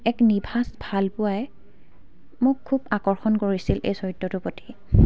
এক নিভাজ ভালপোৱাই মোক খুব আকৰ্ষণ কৰিছিল এই চৰিত্ৰটোৰ প্ৰতি